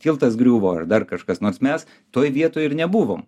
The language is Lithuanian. tiltas griuvo ar dar kažkas nors mes toj vietoj ir nebuvom